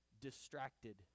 distracted